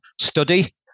study